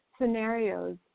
scenarios